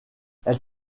elle